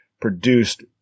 produced